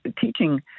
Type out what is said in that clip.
teaching